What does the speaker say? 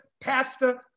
pastor